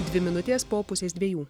dvi minutės po pusės dviejų